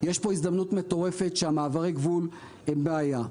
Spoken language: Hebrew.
יש פה הזדמנות מטורפת שמעברי הגבול הם בעיה.